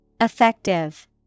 Effective